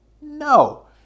No